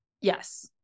Yes